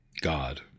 God